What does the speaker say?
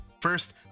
First